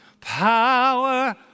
power